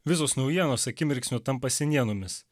visos naujienos akimirksniu tampa senienomis